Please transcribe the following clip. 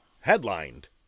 headlined